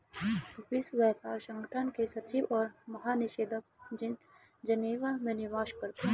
विश्व व्यापार संगठन के सचिव और महानिदेशक जेनेवा में निवास करते हैं